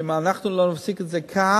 ואם אנחנו לא נפסיק את זה כאן,